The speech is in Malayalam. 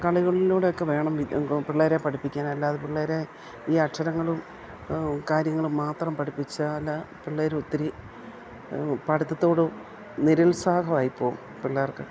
കളികളിലൂടെയൊക്കെ വേണം പിള്ളേരെ പഠിപ്പിക്കാൻ അല്ലാതെ പിള്ളേരെ ഈ അക്ഷരങ്ങളും കാര്യങ്ങളും മാത്രം പഠിപ്പിച്ചാൽ പിള്ളേരൊത്തിരി പഠിത്തത്തോടും നിരുൽസാഹമായിപ്പോവും പിള്ളേർക്ക്